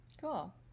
cool